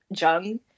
Jung